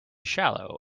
shallow